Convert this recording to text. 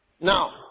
Now